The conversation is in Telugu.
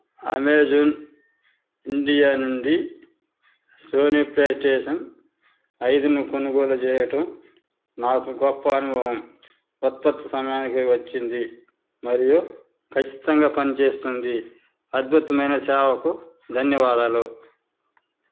అమెజాన్ ఇండియా నుండి సోనీ ప్లే స్టేషన్ ఐదును కొనుగోలు చేయటం నాకు గొప్ప అనుభవం ఉత్పత్తి సమయానికే వచ్చింది మరియు ఖచ్చితంగా పనిచేస్తుంది అద్భుతమైన సేవకు ధన్యవాదాలు